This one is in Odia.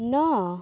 ନଅ